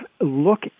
look